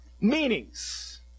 meanings